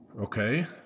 okay